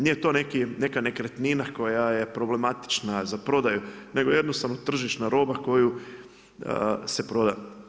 Nije to neka nekretnina koja je problematična za prodaju, nego jednostavno tržišna roba koja se proda.